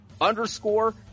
underscore